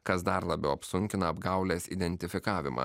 kas dar labiau apsunkina apgaulės identifikavimą